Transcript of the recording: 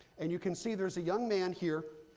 and you can see there's a young man here.